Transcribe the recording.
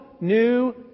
new